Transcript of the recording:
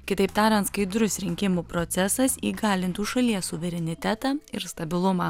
kitaip tariant skaidrus rinkimų procesas įgalintų šalies suverenitetą ir stabilumą